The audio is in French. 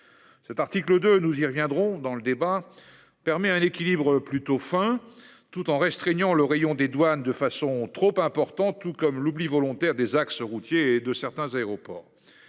Ce parti Claude, nous y reviendrons dans le débat permet un équilibre plutôt enfin tout en restreignant le rayon des douanes de façon trop important, tout comme l'oubli volontaire des axes routiers et de certains aéroports.